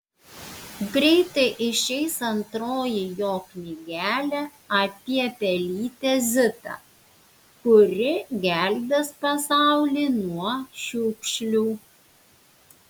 greitai išeis antroji jo knygelė apie pelytę zitą kuri gelbės pasaulį nuo šiukšlių